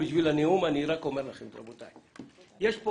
יש פה